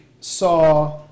saw